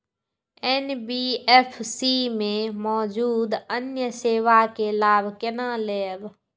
NBFC में मौजूद अन्य सेवा के लाभ केना लैब?